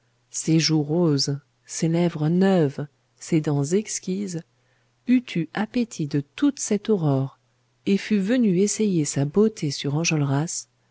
ces joues roses ces lèvres neuves ces dents exquises eût eu appétit de toute cette aurore et fût venue essayer sa beauté sur enjolras